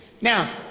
Now